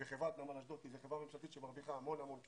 בחברת נמל אשדוד כי זו חברה ממשלתית שמרוויחה המון המון כסף,